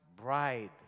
bride